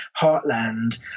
heartland